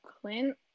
Clint